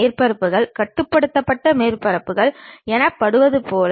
இதையே நாம் கிடைமட்ட தளம் என்று அழைக்கிறோம்